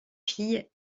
filles